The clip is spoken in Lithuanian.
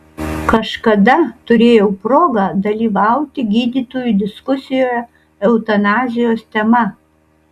kažkada turėjau progą dalyvauti gydytojų diskusijoje eutanazijos tema